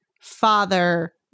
father